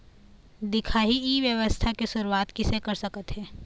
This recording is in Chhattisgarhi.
दिखाही ई व्यवसाय के शुरुआत किसे कर सकत हे?